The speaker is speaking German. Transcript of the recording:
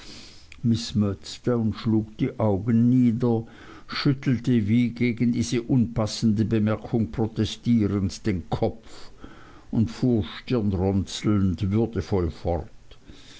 schlug die augen nieder schüttelte wie gegen diese unpassende bemerkung protestierend den kopf und fuhr stirnrunzelnd würdevoll fort